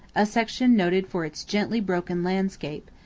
a section noted for its gently broken landscape,